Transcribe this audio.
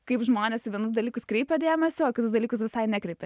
kaip žmonės į vienus dalykus kreipia dėmesį o į kitus dalykus visai nekreipia